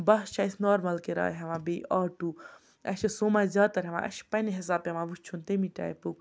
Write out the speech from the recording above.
بَس چھِ اَسہِ نارمٕل کِراے ہٮ۪وان بیٚیہِ آٹوٗ اَسہِ چھِ سوما زیادٕتر ہٮ۪وان اَسہِ چھِ پنٛنہِ حِساب پٮ۪وان وٕچھُن تَمی ٹایپُک